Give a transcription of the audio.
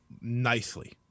nicely